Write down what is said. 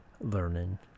learning